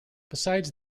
besides